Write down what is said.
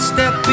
Step